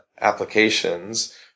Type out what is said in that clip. applications